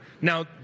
Now